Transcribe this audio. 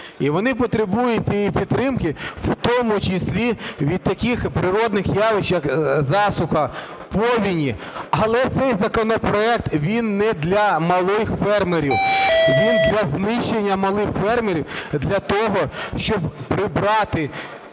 і вони потребують цієї підтримки в тому числі від таких природних явищ, як засуха, повені. Але цей законопроект, він не для малих фермерів, він для знищення малих фермерів, для того, щоб прибрати